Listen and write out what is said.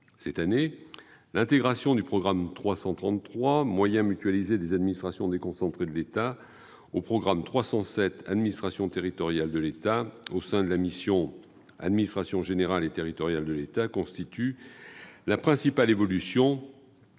Cette année, l'intégration du programme 333, « Moyens mutualisés des administrations déconcentrées de l'État », au programme 307, « Administration territoriale de l'État », au sein de la mission « Administration générale et territoriale de l'État » constitue la principale évolution,